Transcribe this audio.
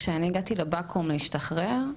כשאני הגעתי לבקו"ם להשתחרר,